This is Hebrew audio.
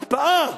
הקפאה,